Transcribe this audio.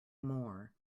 more